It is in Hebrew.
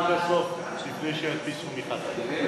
עד הסוף לפני שידפיסו מחדש.